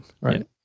Right